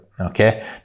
Okay